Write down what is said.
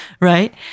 right